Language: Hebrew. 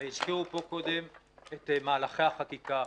הזכירו פה קודם את מהלכי החקיקה.